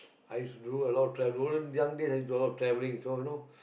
i do a lot of travel those young days i do a lot traveling so you know